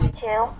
two